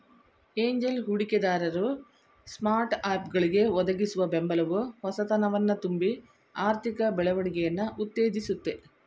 angel ಹೂಡಿಕೆದಾರರು ಸ್ಟಾರ್ಟ್ಅಪ್ಗಳ್ಗೆ ಒದಗಿಸುವ ಬೆಂಬಲವು ಹೊಸತನವನ್ನ ತುಂಬಿ ಆರ್ಥಿಕ ಬೆಳವಣಿಗೆಯನ್ನ ಉತ್ತೇಜಿಸುತ್ತೆ